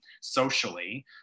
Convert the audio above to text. socially